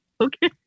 okay